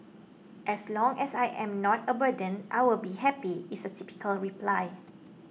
as long as I am not a burden I will be happy is a typical reply